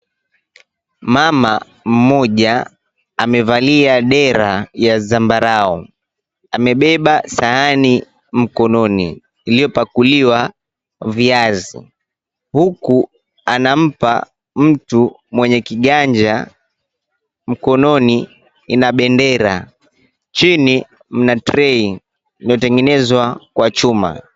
Mama mmoja amevalia dera ya zambarau, amebeba sahani mkononi, iliyopakuliwa viazi, huku anampa mtu mwenye kiganja. Mkononi ina bendera, chini mna trey iliyotengenezwa kwa chuma.